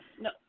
no